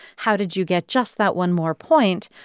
how did you get just that one more point,